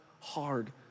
hard